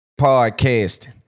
podcasting